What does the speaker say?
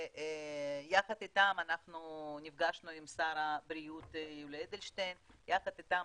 יחד איתם נפגשנו עם שר הבריאות יולי אדלשטיין ויחד איתם